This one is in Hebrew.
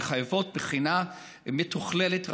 המחייבת בחינה מתכללת ורחבה.